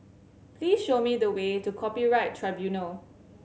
please show me the way to Copyright Tribunal